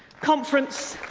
conference.